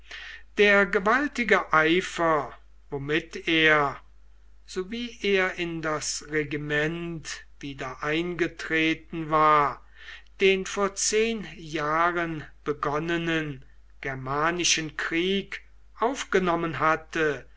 der gewaltige eifer womit er sowie er in das regiment wieder eingetreten war den vor zehn jahren begonnenen germanischen krieg aufgenommen hatte